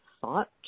thought